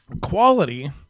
Quality